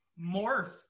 morph